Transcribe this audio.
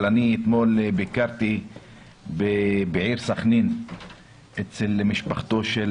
אבל אני אתמול ביקרתי בעיר סכנין אצל משפחתו של